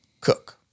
cook